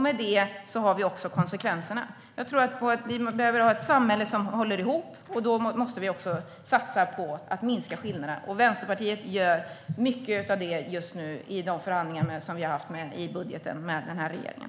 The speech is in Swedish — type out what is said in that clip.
Med det ser vi också konsekvenserna. Vi behöver ett samhälle som håller ihop. Då måste vi satsa på att minska skillnaderna. Vänsterpartiet gör mycket av det i förhandlingarna om budgeten med regeringen.